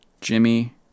jimmy